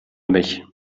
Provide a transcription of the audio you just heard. mich